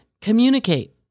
communicate